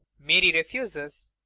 mary refuses.